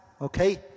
Okay